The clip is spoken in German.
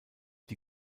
die